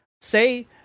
say